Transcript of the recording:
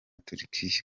turikiya